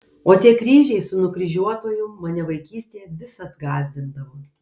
o tie kryžiai su nukryžiuotuoju mane vaikystėje visad gąsdindavo